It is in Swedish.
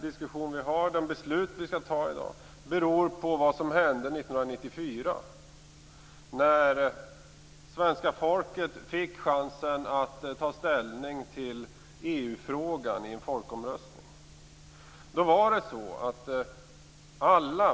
Diskussionen och de beslut vi skall fatta i dag beror på vad som hände 1994 när svenska folket fick chansen att ta ställning till EU-frågan i en folkomröstning.